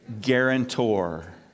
guarantor